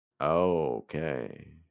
Okay